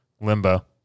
Limbo